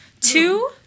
Two